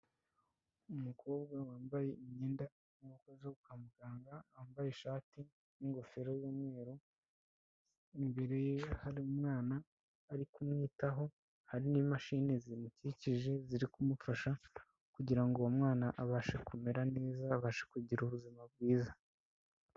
Umukobwa wambaye imyenda y'umukozi kwa muganga, wambaye ishati n'ingofero y'Umweru, imbere ye hari umwana ari kumwitaho hari n'imashini zimukikije ziri kumufasha kugira ngo uwo mwana abashe kumera neza abasha kugira ubuzima bwiza.